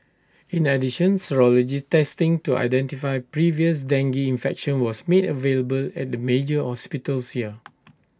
in addition serology testing to identify previous dengue infection was made available at the major hospitals here